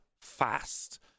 fast